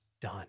done